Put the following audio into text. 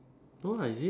no lah is it